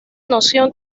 noción